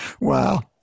Wow